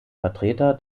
vertreter